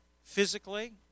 Physically